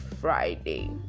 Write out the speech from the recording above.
Friday